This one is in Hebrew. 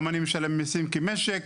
גם אני משלם מיסים כמשק.